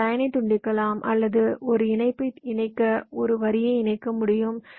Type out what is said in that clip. ஒரு லயன்னை துண்டிக்கலாம் அல்லது ஒரு இணைப்பை இணைக்க ஒரு வரியை இணைக்க முடியும்